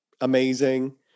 amazing